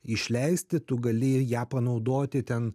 išleisti tu gali ją panaudoti ten